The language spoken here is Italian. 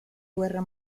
guerra